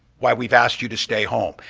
why we've asked you to stay home.